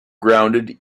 grounded